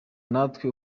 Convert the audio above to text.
natwe